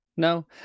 No